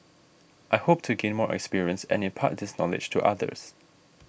I hope to gain more experience and impart this knowledge to others